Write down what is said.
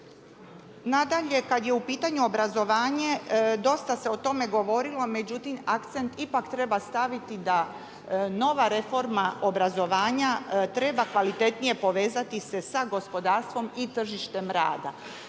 Nadalje kad je u pitanju obrazovanje dosta se o tome govorilo, međutim akcent ipak treba staviti da nova reforma obrazovanja treba kvalitetnije povezati se sa gospodarstvom i tržištem rada.